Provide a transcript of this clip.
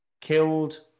killed